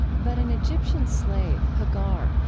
but an egyptian slave, hagar,